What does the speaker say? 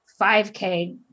5k